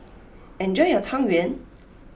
enjoy your Tang Yuen